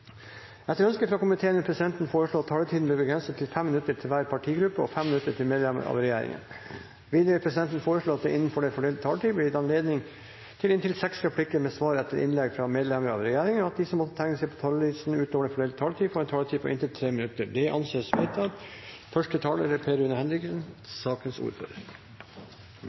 vil presidenten foreslå at taletiden blir begrenset til 5 minutter til hver partigruppe, og 5 minutter til medlemmer av regjeringen. Videre vil presidenten foreslå at det – innenfor den fordelte taletid – blir gitt anledning til replikkordskifte på inntil seks replikker med svar etter innlegg fra medlemmer av regjeringen, og at de som måtte tegne seg på talerlisten utover den fordelte taletid, har en taletid på inntil 3 minutter. – Det anses vedtatt.